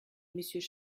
monsieur